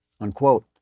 Unquote